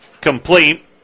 complete